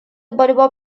борьба